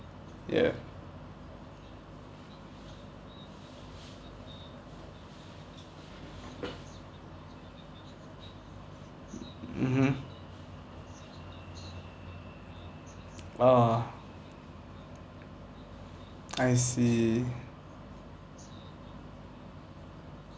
ya mmhmm ah I see